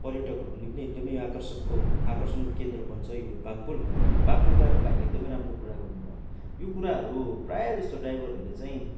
पर्यटकहरूको निम्ति एकदमै आकर्षकको आकर्षणको केन्द्र बन्छ यो बाघ पुल बाघ पुलबारे पनि भाइले एकदमै राम्रो कुरा गर्नु भयो यो कुराहरू प्राय जस्तो ड्राइभरहरूले चाहिँ